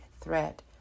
threat